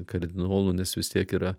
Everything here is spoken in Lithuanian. kardinolu nes vis tiek yra